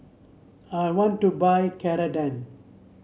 I want to buy Ceradan